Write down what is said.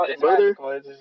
mother